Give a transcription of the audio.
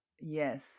Yes